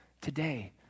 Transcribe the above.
Today